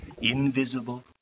invisible